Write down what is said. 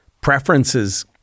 preferences